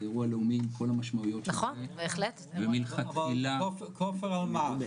זה אירוע לאומי עם כל המשמעויות של זה ומלכתחילה -- אבל כופר על מה?